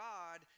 God